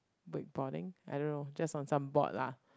wake boarding I don't know just on some board lah